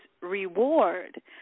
reward